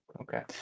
Okay